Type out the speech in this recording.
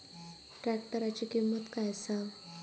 ट्रॅक्टराची किंमत काय आसा?